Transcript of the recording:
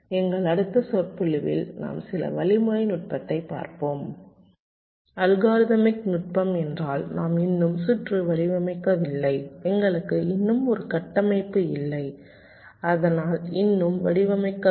எங்கள் அடுத்த சொற்பொழிவில் நாம் சில வழிமுறை நுட்பத்தைப் பார்ப்போம் அல்காரிதமிக் நுட்பம் என்றால் நாம் இன்னும் சுற்று வடிவமைக்கவில்லை எங்களுக்கு இன்னும் ஒரு கட்டமைப்பு இல்லை அதனால் இன்னும் வடிவமைக்கவில்லை